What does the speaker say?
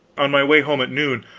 on my way home at noon,